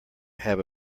have